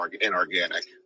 inorganic